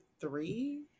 three